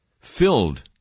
filled